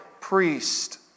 priest